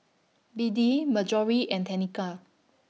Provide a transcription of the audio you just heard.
Beadie Marjory and Tenika